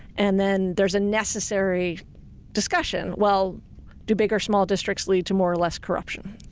and then there's a necessary discussion. well do big or small districts lead to more or less corruption?